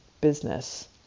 business